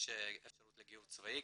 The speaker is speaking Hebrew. יש אפשרות לגיור צבאי,